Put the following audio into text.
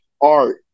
art